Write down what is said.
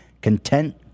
content